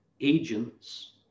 agents